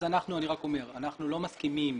אני רק אומר שאנחנו לא מסכימים